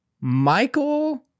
Michael